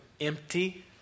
empty